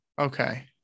Okay